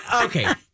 Okay